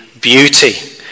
beauty